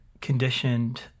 conditioned